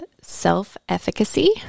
self-efficacy